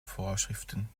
vorschriften